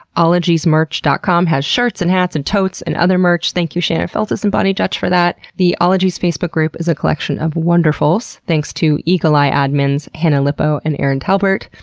ologiesmerch dot com has shirts, and hats, and totes, and other merch. thank you, shannon feltus and boni dutch, for that. the ologies facebook group is a collection of wonderfuls, thanks to eagle-eye admins hannah lipow and erin talbert.